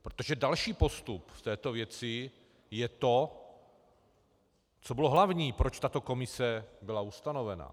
Protože další postup v této věci je to, co bylo hlavní, proč tato komise byla ustanovena.